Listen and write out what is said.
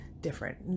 different